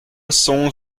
songs